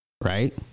right